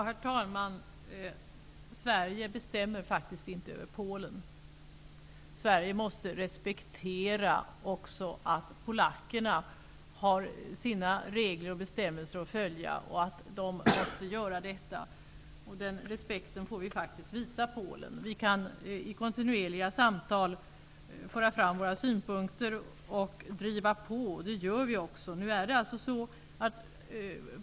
Herr talman! Sverige bestämmer faktiskt inte över Polen. Sverige måste respektera att också polackerna har sina regler och bestämmelser att följa, och att de måste göra detta. Den respekten får vi faktiskt visa Polen. Vi kan vid kontinuerliga samtal föra fram våra synpunkter och driva på, vilket vi också gör.